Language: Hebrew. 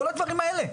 כל הדברים האלה,